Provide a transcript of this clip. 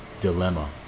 dilemma